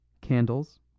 Candles